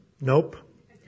Nope